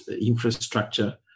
infrastructure